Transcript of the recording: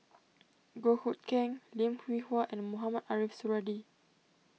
Goh Hood Keng Lim Hwee Hua and Mohamed Ariff Suradi